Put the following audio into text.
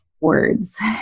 words